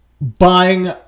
buying